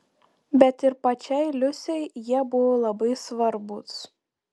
bet ir pačiai liusei jie buvo labai svarbūs